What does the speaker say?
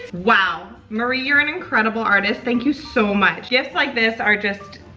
wow, marie you're an incredible artist, thank you so much. gifts like this are just.